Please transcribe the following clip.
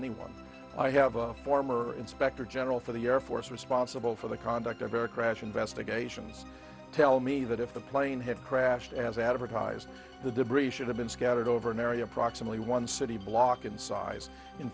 anyone i have a former inspector general for the air force responsible for the conduct of air crash investigations tell me that if the plane had crashed as advertised the debris should have been scattered over an area approximately one city block in size in